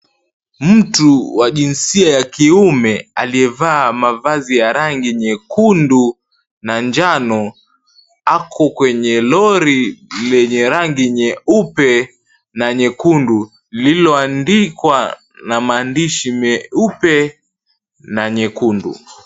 Mtu wa jinsia ya kiume aliyevaa mavazi ya rangi nyekundu na njano ako kwenye lori lenye rangi nyeupe na nyekundu lililoandikwa na maandishi meupe na nyekundu.